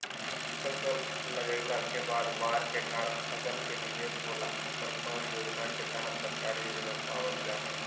फसल लगाईला के बाद बाढ़ के कारण फसल के निवेस होला पर कौन योजना के तहत सरकारी योगदान पाबल जा हय?